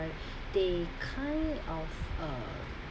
they kind of uh